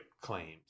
claims